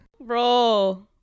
bro